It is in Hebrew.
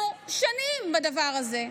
אנחנו שנים בדבר הזה.